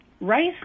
Rice